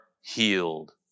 healed